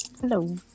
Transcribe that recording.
Hello